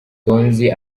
tonzi